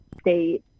state